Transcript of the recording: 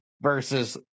versus